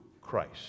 Christ